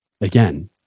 again